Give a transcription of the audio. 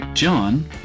John